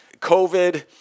COVID